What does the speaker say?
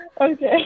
okay